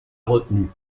retenue